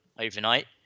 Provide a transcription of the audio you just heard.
overnight